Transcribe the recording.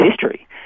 history